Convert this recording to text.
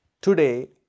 Today